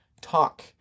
talk